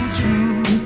true